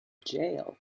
jail